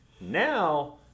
now